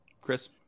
Chris